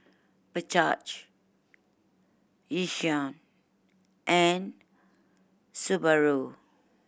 Bajaj Yishion and Subaru